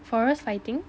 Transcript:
forest fighting